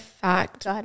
fact